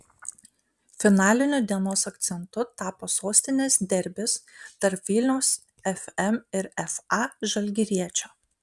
finaliniu dienos akcentu tapo sostinės derbis tarp vilniaus fm ir fa žalgiriečio